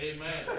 Amen